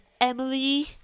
Emily